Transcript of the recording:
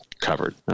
covered